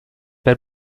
per